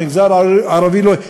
למגזר הערבי לא יהיה.